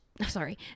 Sorry